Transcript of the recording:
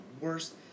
worst